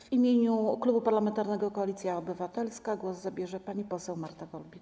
W imieniu Klubu Parlamentarnego Koalicja Obywatelska głos zabierze pani poseł Marta Golbik.